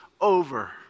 over